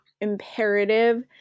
imperative